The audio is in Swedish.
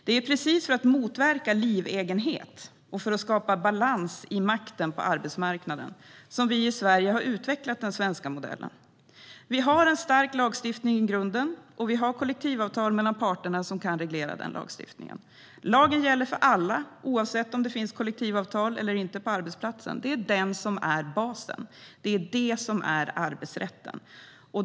Det är precis för att motverka livegenhet och skapa balans i makten på arbetsmarknaden som vi i Sverige har utvecklat den svenska modellen. Vi har en stark lagstiftning i grunden, och vi har kollektivavtal mellan parterna som kan reglera den lagstiftningen. Lagen gäller för alla, oavsett om det finns kollektivavtal på arbetsplatsen eller inte. Detta är basen. Det är det som är arbetsrätten.